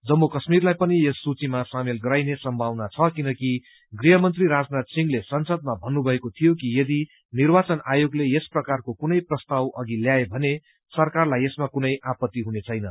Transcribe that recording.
जम्मू काश्मिरलाई पनि यस सूचीमा सामेल गराइने सम्भावना छ किनकि गृहमन्त्री राजनाथ सिंहले संसदमा भन्नुभएको थियो कि यदि निर्वाचन आयोगले यस प्रकारको कुनै प्रस्ताव ल्याए भने सरकारलाई यसमा कुनै आपत्ती हुनेछैन